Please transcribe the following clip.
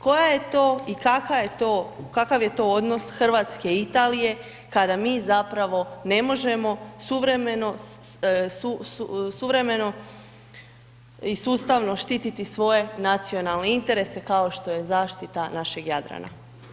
Koja je to i kakav je to odnos Hrvatske i Italije kada mi zapravo ne možemo suvremeno i sustavno štititi svoje nacionalne interese kao što je zaštita naše Jadran.